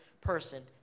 person